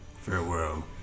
Farewell